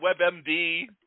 WebMD